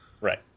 Right